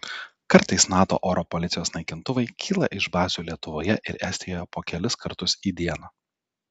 kartais nato oro policijos naikintuvai kyla iš bazių lietuvoje ir estijoje po kelis kartus į dieną